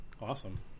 awesome